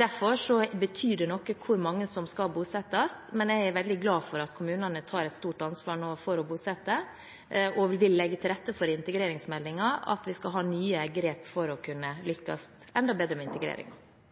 Derfor betyr det noe hvor mange som skal bosettes. Men jeg er veldig glad for at kommunene nå tar et stort ansvar for å bosette, og vi vil legge til rette for i integreringsmeldingen at vi skal ha nye grep for å kunne